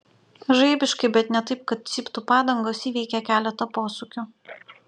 žaibiškai bet ne taip kad cyptų padangos įveikė keletą posūkių